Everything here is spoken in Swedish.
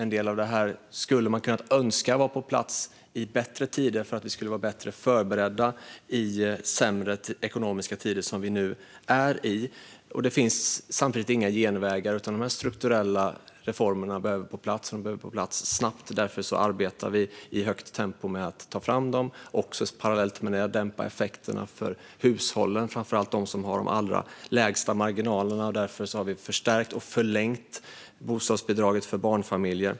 En del av detta skulle man önska hade kommit på plats i bättre tider för att vi skulle vara bättre förberedda i sämre ekonomiska tider som de vi är i nu. Det finns samtidigt inga genvägar. De här strukturella reformerna behöver komma på plats, och de behöver komma på plats snabbt. Därför arbetar vi i högt tempo med att ta fram dem och parallellt med det dämpa effekterna för hushållen, framför allt de som har de allra minsta marginalerna. Därför har vi förstärkt och förlängt bostadsbidraget för barnfamiljer.